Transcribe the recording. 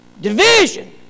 division